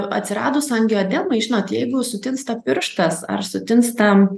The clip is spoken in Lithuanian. atsiradus angioedemai žinot jeigu sutinsta pirštas ar sutinsta